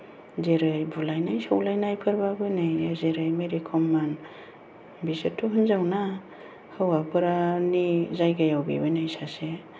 जेरै बुलायनाय सौलायनायफोरबाबो नैयो जेरै मेरि कममोन बिसोरथ' हिनजाव ना हौवाफोरानि जायगायाव बेबो नै सासे